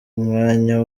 umwanya